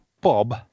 bob